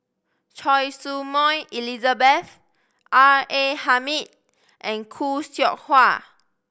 Choy Su Moi Elizabeth R A Hamid and Khoo Seow Hwa